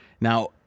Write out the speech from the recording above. now